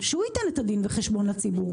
שהוא ייתן את הדין והחשבון לציבור.